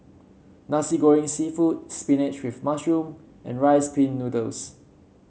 Nasi Goreng seafood spinach with mushroom and Rice Pin Noodles